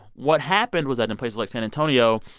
what happened was that in places like san antonio,